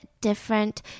different